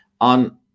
on